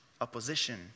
opposition